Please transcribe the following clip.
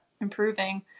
improving